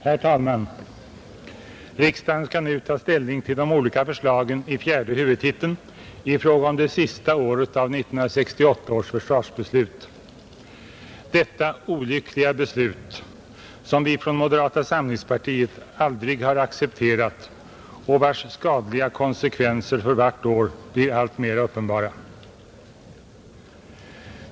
Herr talman! Riksdagen skall nu ta ställning till de olika förslagen i fjärde huvudtiteln i fråga om det sista året av 1968 års försvarsbeslut, detta olyckliga beslut som vi från moderata samlingspartiet aldrig har accepterat och vars skadliga konsekvenser för vart år blir alltmera uppenbara.